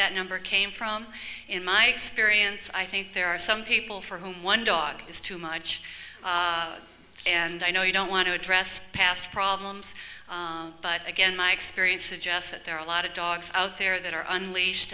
that number came from in my experience i think there are some people for whom one dog is too much and i know you don't want to address past problems but again my experience is just that there are a lot of dogs out there that are unleashed